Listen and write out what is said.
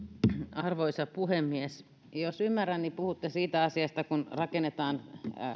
arvoisa puhemies jos ymmärrän niin puhutte siitä asiasta kun rakennetaan